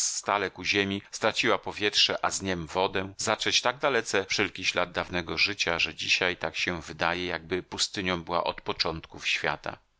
stale ku ziemi straciła powietrze a z niem wodę zatrzeć tak dalece wszelki ślad dawnego życia że dzisiaj tak się wydaje jakby pustynią była od początku świata